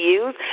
use